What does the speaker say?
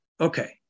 Okay